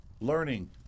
Learning